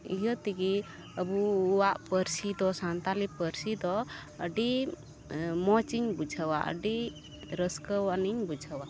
ᱤᱭᱟᱹᱛᱮᱜᱮ ᱟᱹᱵᱚᱣᱟᱜ ᱯᱟᱹᱨᱥᱤ ᱫᱚ ᱥᱟᱱᱛᱟᱞᱤ ᱯᱟᱹᱨᱥᱤᱫᱚ ᱟᱹᱰᱤ ᱢᱚᱡᱽᱼᱤᱧ ᱵᱩᱡᱷᱟᱹᱣᱟ ᱟᱹᱰᱤ ᱨᱟᱹᱥᱠᱟᱹᱣᱟᱱᱬᱤᱧ ᱵᱩᱡᱷᱟᱹᱣᱟ